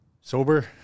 sober